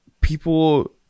people